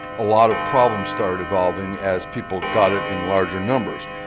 a lot of problems start evolving as people got it in larger numbers.